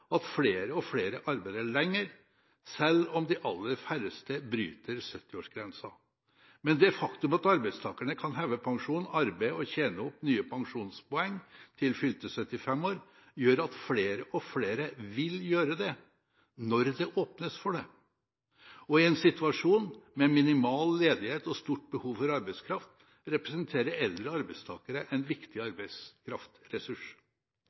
at flere og flere arbeider lenger, selv om de aller færreste bryter 70-årsgrensen. Men det faktum at arbeidstakerne kan heve pensjon, arbeide og tjene opp nye pensjonspoeng til fylte 75 år, gjør at flere og flere vil gjøre det, når det åpnes for det. I en situasjon med minimal ledighet og stort behov for arbeidskraft, representerer eldre arbeidstakere en viktig